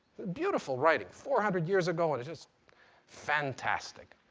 beautiful writing. four hundred years ago and it's just fantastic.